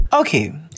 Okay